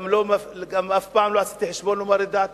וגם אף פעם לא עשיתי חשבון לומר את דעתי,